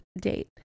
date